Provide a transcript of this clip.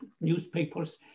newspapers